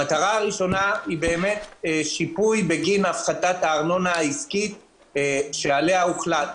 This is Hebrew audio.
המטרה הראשונה היא שיפוי בגין הפחתת הארנונה העסקית שעליה הוחלט.